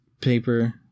paper